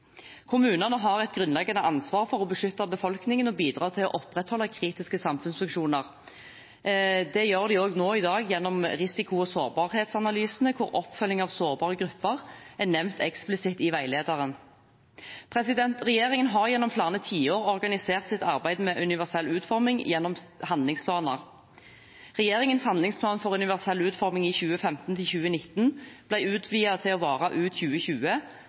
Kommunene har et grunnleggende ansvar for å beskytte befolkningen og bidra til å opprettholde kritiske samfunnsfunksjoner. Det gjør de også i dag gjennom risiko- og sårbarhetsanalysene, hvor oppfølging av sårbare grupper er nevnt eksplisitt i veilederen. Regjeringen har gjennom flere tiår organisert sitt arbeid med universell utforming gjennom handlingsplaner. Regjeringens handlingsplan for universell utforming i 2015–2019 ble utvidet til å vare ut 2020,